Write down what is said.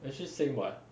actually same [what]